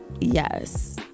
Yes